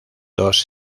dos